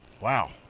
Wow